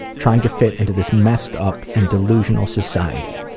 trying to fit into this messed up and delusional society.